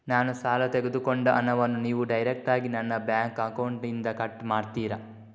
ನಾನು ಸಾಲ ತೆಗೆದುಕೊಂಡ ಹಣವನ್ನು ನೀವು ಡೈರೆಕ್ಟಾಗಿ ನನ್ನ ಬ್ಯಾಂಕ್ ಅಕೌಂಟ್ ಇಂದ ಕಟ್ ಮಾಡ್ತೀರಾ?